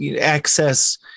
access